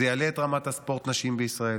זה יעלה את רמת ספורט הנשים בישראל.